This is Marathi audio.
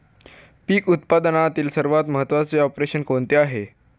पीक उत्पादनातील सर्वात महत्त्वाचे ऑपरेशन कोणते आहे?